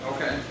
Okay